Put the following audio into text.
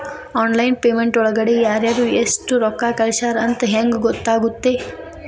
Online payment ಒಳಗಡೆ ಯಾರ್ಯಾರು ಎಷ್ಟು ರೊಕ್ಕ ಕಳಿಸ್ಯಾರ ಅಂತ ಹೆಂಗ್ ಗೊತ್ತಾಗುತ್ತೆ?